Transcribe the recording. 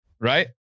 Right